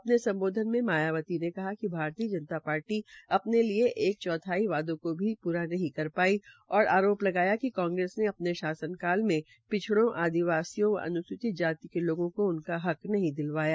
अपने सम्बोधन में मायावती ने कहा कि भारतीय जनता पार्टी अपने किये गये एक चौथाई वादों को भी पूरा नहीं कर पाई और आरोप लगया कि कांग्रेस ने अपने शासन काल में पिछड़ो आदिवासियों व अनुसुचित जाति के लोगों को उनका हक नहीं दिलवाया